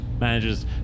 manages